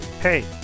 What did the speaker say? Hey